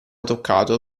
toccato